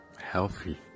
healthy